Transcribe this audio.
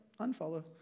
unfollow